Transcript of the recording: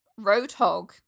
Roadhog